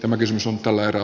emä kysymys on galleria